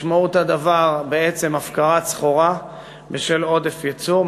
משמעות הדבר היא בעצם הפקרת סחורה בשל עודף ייצור.